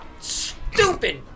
Stupid